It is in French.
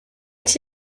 est